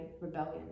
Rebellion